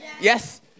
Yes